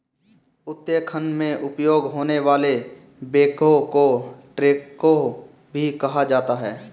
उत्खनन में उपयोग होने वाले बैकहो को ट्रैकहो भी कहा जाता है